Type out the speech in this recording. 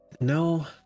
No